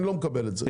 אני לא מקבל את זה.